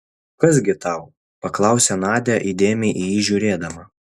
kas gi tau paklausė nadia įdėmiai į jį žiūrėdama